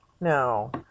no